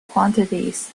quantities